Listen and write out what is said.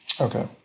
Okay